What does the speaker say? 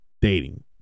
dating